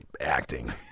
acting